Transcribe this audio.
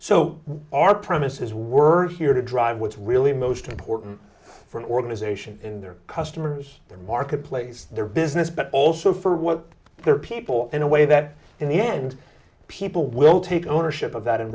so our premise is worth here to drive what's really most important for organization in their customers their marketplace their business but also for what their people in a way that in the end people will take ownership of that